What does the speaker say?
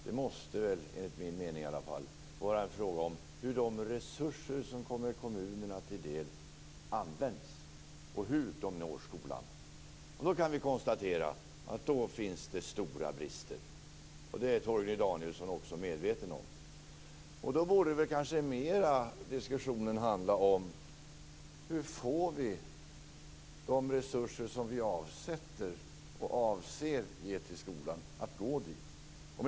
Det måste, enligt min mening, vara fråga om hur de resurser som kommer kommunerna till del används och om hur de når skolan. Då kan vi konstatera att det finns stora brister. Det är Torgny Danielsson också medveten om. Då borde diskussionen kanske mer handla om hur vi får de resurser som vi avsätter och avser ge till skolan att gå dit.